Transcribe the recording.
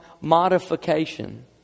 modification